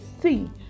see